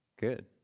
Good